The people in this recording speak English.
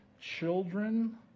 children